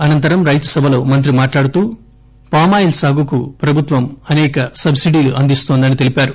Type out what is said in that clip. అనంతరం రైతుసభలో మంత్రి మాట్లాడుతూ పామాయిల్ సాగుకు ప్రభుత్వం అసేక సబ్బీడీలు అందిస్తోందని తెలిపారు